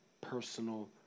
personal